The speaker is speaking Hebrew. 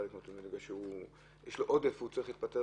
זה בגלל שיש לו עודף והוא צריך להתפטר